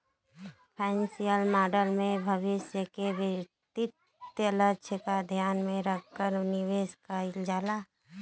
financial model में भविष्य क वित्तीय लक्ष्य के ध्यान में रखके निवेश कइल जाला